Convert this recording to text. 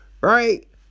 right